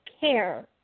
care